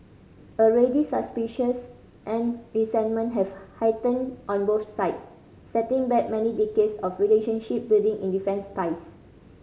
already suspicions and resentment have heightened on both sides setting back many decades of relationship building in defence ties